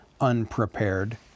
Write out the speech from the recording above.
unprepared